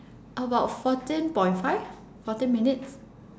about fourteen point five fourteen minutes